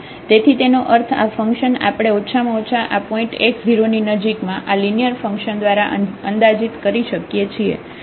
તેથી તેનો અર્થ આ ફંકશન આપણે ઓછામાં ઓછા આ પોઇન્ટ x0 ની નજીકમાં આ લિનિયર ફંકશન દ્વારા અંદાજીત કરી શકીએ છીએ